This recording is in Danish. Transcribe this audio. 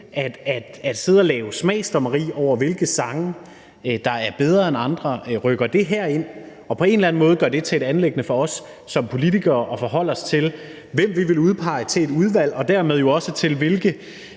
at sidde og lave smagsdommeri over, hvilke sange der er bedre end andre, herind og på en eller anden måde gør det til et anliggende for os som politikere at forholde os til, hvem vi vil udpege til et udvalg, og dermed jo også til, hvilke